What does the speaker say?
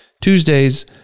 Tuesdays